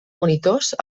monitors